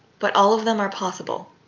but all of them are possible.